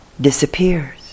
disappears